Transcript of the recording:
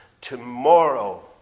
tomorrow